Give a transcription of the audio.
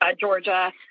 Georgia